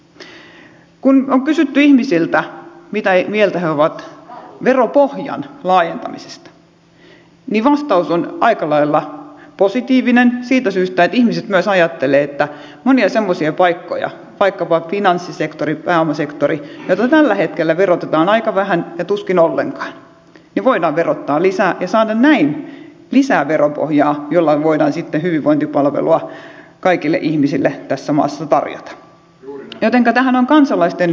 kun on kysytty ihmisiltä mitä mieltä he ovat veropohjan laajentamisesta niin vastaus on aika lailla positiivinen siitä syystä että ihmiset myös ajattelevat että monia semmoisia paikkoja vaikkapa finanssisektori pääomasektori joita tällä hetkellä verotetaan aika vähän ja tuskin ollenkaan voidaan verottaa lisää ja saada näin lisää veropohjaa jolla voidaan sitten hyvinvointipalvelua kaikille ihmiselle tässä maassa tarjota jotenka tähän on kansalaisten vahva tuki